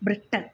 Britain